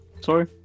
Sorry